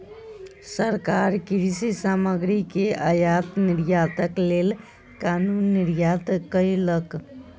सरकार कृषि सामग्री के आयात निर्यातक लेल कानून निर्माण कयलक